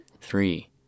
three